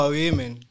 women